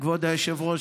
כבוד היושב-ראש,